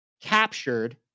captured